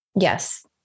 Yes